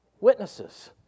witnesses